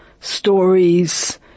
stories